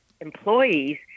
employees